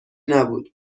نبود